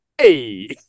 Hey